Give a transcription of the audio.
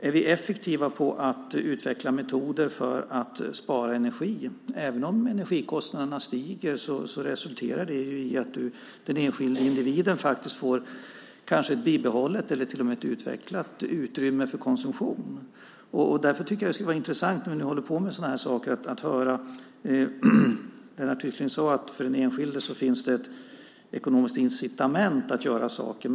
Är vi effektiva när det gäller att utveckla metoder för att spara energi så resulterar det, även om energikostnaderna stiger, i att den enskilda individen kanske får ett bibehållet eller till och med utvecklat utrymme för konsumtion. Därför tycker jag att det skulle vara intressant, när vi håller på med sådana här saker, att höra mer om detta. Lars Tysklind sade att det för den enskilde finns ett ekonomiskt incitament att göra saker.